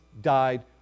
died